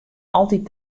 altyd